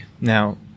Now